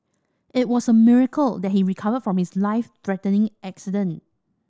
it was a miracle that he recovered from his life threatening accident